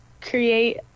create